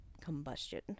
combustion